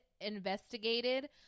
investigated